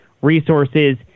resources